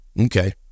okay